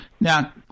Now